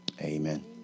amen